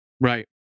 Right